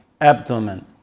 abdomen